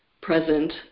present